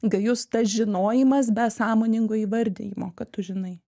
gajus tas žinojimas be sąmoningo įvardijimo kad tu žinai